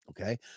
Okay